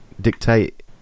dictate